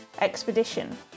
expedition